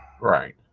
Right